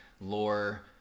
lore